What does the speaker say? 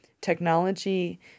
technology